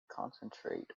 concentrate